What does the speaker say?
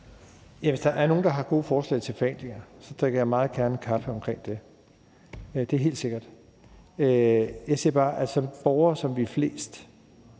hvis der er nogen, der har gode forslag til forenklinger, så drikker jeg meget gerne kaffe i den forbindelse; det er helt sikkert. Jeg siger bare, at som det gælder for de fleste